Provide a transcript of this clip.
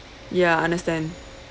ya understand